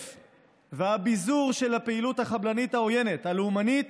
הביזור של הפעילות החבלנית העוינת, הלאומנית,